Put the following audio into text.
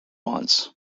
once